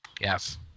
Yes